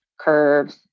curves